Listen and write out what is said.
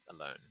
alone